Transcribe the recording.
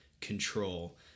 control